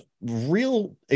real